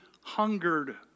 hungered